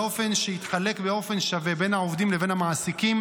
באופן שיתחלק באופן שווה בין העובדים לבין המעסיקים,